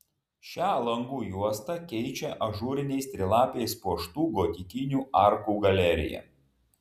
šią langų juostą keičia ažūriniais trilapiais puoštų gotikinių arkų galerija